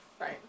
right